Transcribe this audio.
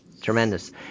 Tremendous